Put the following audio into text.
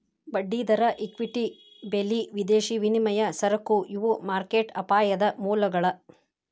ಬಡ್ಡಿದರ ಇಕ್ವಿಟಿ ಬೆಲಿ ವಿದೇಶಿ ವಿನಿಮಯ ಸರಕು ಇವು ಮಾರ್ಕೆಟ್ ಅಪಾಯದ ಮೂಲಗಳ